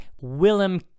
Willem